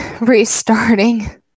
restarting